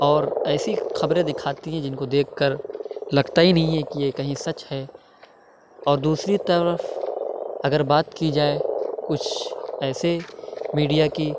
اور ایسی خبریں دکھاتی ہیں جن کو دیکھ کر لگتا ہی نہیں ہے کہ یہ کہیں سچ ہے اور دوسری طرف اگر بات کی جائے کچھ ایسے میڈیا کی